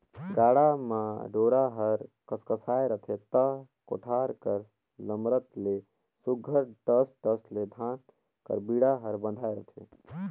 गाड़ा म डोरा हर कसकसाए रहथे ता कोठार कर लमरत ले सुग्घर ठस ठस ले धान कर बीड़ा हर बंधाए रहथे